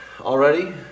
already